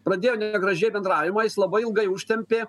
pradėjo negražiai bendravimą jis labai ilgai užtempė